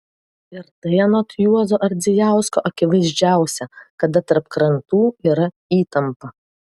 ir tai anot juozo ardzijausko akivaizdžiausia kada tarp krantų yra įtampa